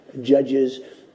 judges